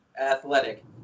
Athletic